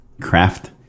craft